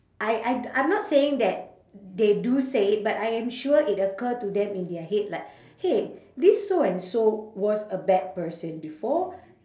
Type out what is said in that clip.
I I I'm not saying that they do say it but I am sure it occur to them in their head like !hey! this so and so was a bad person before